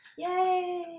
Yay